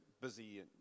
busy